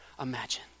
imagine